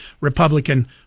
Republican